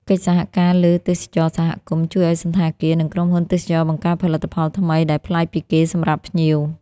កិច្ចសហការលើទេសចរណ៍សហគមន៍ ជួយឱ្យសណ្ឋាគារ និងក្រុមហ៊ុនទេសចរណ៍បង្កើតផលិតផលថ្មីដែលប្លែកពីគេសម្រាប់ភ្ញៀវ។